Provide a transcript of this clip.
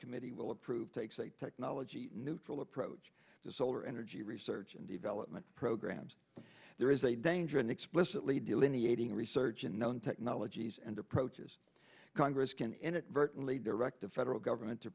committee will approve takes a technology neutral approach to solar energy research and development programs but there is a danger in explicitly delineating research and known technologies and approaches congress can inadvertently direct the federal government